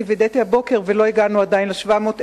כי וידאתי הבוקר ועדיין לא הגענו ל-700,000.